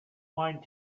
mind